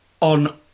on